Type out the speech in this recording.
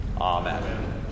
Amen